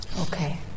Okay